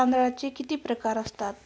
तांदळाचे किती प्रकार असतात?